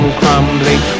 crumbling